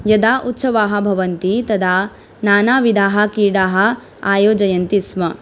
यदा उत्सवाः भवन्ति तदा नानाविधाः क्रीडाः आयोजयन्ति स्म